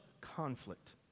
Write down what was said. conflict